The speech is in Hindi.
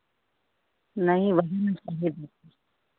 नहीं वजन हम सही देंगे